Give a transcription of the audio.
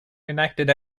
enacted